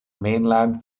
mainland